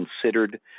considered